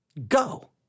Go